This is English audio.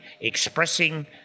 expressing